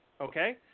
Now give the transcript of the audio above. okay